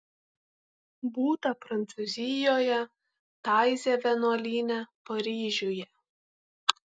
būta prancūzijoje taizė vienuolyne paryžiuje